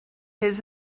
his